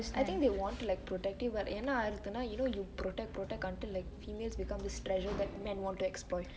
I think they want to protect you but என்ன ஆயிருதுனா:enna aayiruthunaa you know you protect protect until females become this treasure that men want to exploit